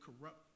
corrupt